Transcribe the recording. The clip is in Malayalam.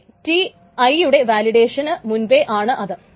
പക്ഷെ Ti യുടെ വാലിഡേഷന് മുൻപേ ആണ് അത്